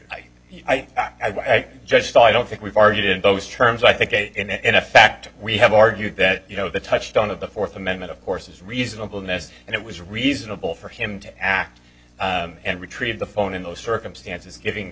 as i just i don't think we've argued in those terms i think in a fact we have argued that you know the touchstone of the fourth amendment of course is reasonable nest and it was reasonable for him to act and retrieve the phone in those circumstances giving